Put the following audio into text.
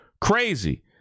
crazy